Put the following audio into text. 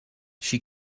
she